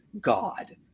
God